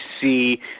see